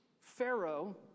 Pharaoh